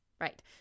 Right